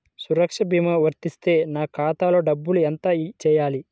సురక్ష భీమా వర్తిస్తే నా ఖాతాలో డబ్బులు ఎంత వేయాలి?